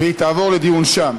והיא תעבור לדיון שם